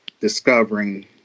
discovering